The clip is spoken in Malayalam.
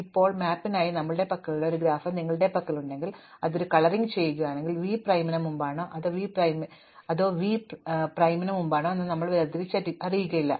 ഇപ്പോൾ മാപ്പിനായി ഞങ്ങളുടെ പക്കലുള്ള ഒരു ഗ്രാഫ് നിങ്ങളുടെ പക്കലുണ്ടെങ്കിൽ ഞങ്ങൾ അത് കളറിംഗ് ചെയ്യുന്നുവെങ്കിൽ v പ്രൈമിന് മുമ്പാണോ അതോ വി പ്രൈമിന് മുമ്പാണോ എന്ന് ഞങ്ങൾ വേർതിരിച്ചറിയുന്നില്ല